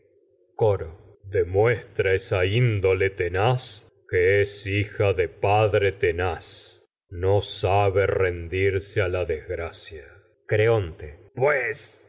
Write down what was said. coro demuestra índole tenaz que es hija de padre tenaz no sabe rendirse has de a la desgracia que creonte pues